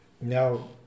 Now